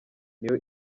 niyo